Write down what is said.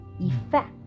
effect